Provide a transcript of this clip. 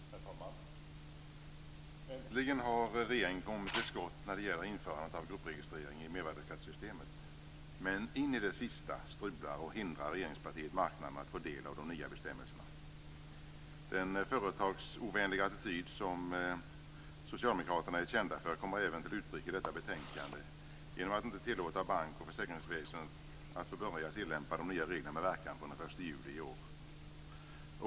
Herr talman! Äntligen har regeringen kommit till skott när det gäller införandet av gruppregistrering i mervärdesskattesystemet. Men in i det sista strular och hindrar regeringspartiet marknaden att få del av de nya bestämmelserna. Den företagsovänliga attityd som socialdemokraterna är kända för kommer även till uttryck i detta betänkande genom att man inte tillåter bank och försäkringsväsendet att få börja tillämpa de nya reglerna med verkan från den 1 juli i år.